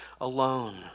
alone